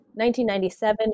1997